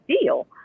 deal